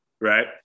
Right